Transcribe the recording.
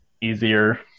easier